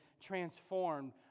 transformed